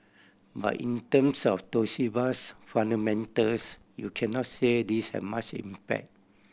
but in terms of Toshiba's fundamentals you cannot say this has much impact